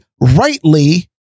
rightly